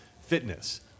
fitness